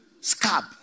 scab